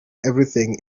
everything